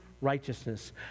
righteousness